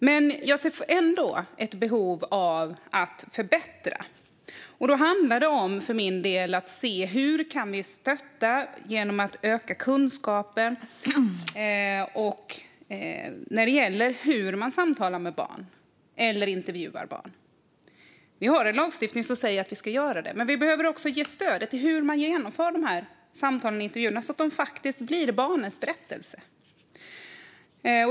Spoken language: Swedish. Men jag ser ändå ett behov av att förbättra, och då handlar det för min del om att se hur vi kan stötta genom att öka kunskapen när det gäller hur man samtalar med eller intervjuar barn. Vi har en lagstiftning som säger att vi ska göra det, men vi behöver också ge stöd i hur man genomför dessa samtal och intervjuer så att de faktiskt blir barnens berättelser.